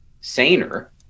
saner